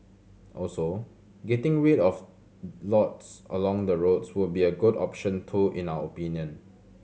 also getting rid of lots along the roads would be a good option too in our opinion